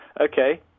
Okay